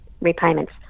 repayments